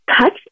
touch